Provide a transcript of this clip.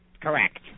Correct